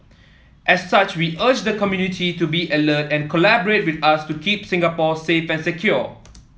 as such we urge the community to be alert and collaborate with us to keep Singapore safe and secure